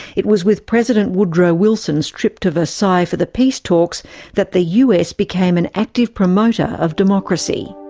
it was with president woodrow wilson's trip to versailles for the peace talks that the us became an active promoter of democracy.